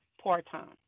part-time